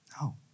No